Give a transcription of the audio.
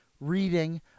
reading